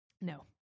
No